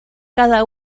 cada